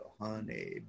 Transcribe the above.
honey